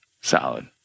Solid